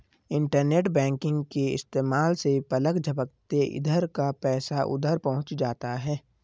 internet banking के इस्तेमाल से पलक झपकते इधर का पैसा उधर पहुँच जाता है